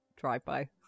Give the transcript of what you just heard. drive-by